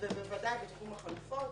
ובוודאי בתחום החלופות.